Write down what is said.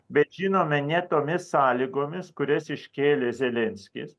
bet žinome ne tomis sąlygomis kurias iškėlė zelenskis